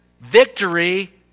victory